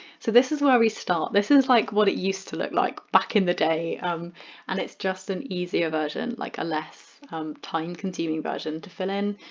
so this is where we start. this is like what it used to look like back in the day and it's just an easier version, like a less time consuming version to fill in,